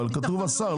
אבל כתוב השר,